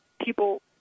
people